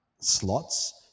slots